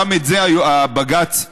גם את זה הבג"ץ ציין,